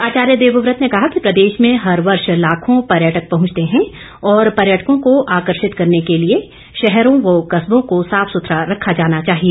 आचार्य देवव्रत ने कहा कि प्रदेश में हर वर्ष लाखों पर्यटक पहुंचते हैं और पर्यटकों को आकर्षित करने के लिए शहरों और कस्बों को साफ सुथरा रखा जाना चाहिए